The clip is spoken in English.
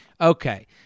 Okay